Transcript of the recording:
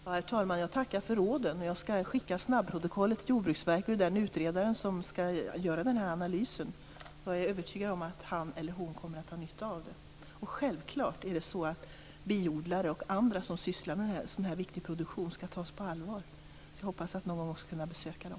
Herr talman! Jag tackar för råden. Jag skall skicka snabbprotokollet till Jordbruksverket till den utredare som skall göra analysen. Jag är övertygad om att han eller hon kommer att ha nytta av det. Självklart skall biodlare och andra som sysslar med en viktig produktion tas på allvar. Jag hoppas att någon gång kunna besöka dem.